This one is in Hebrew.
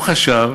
הוא חשב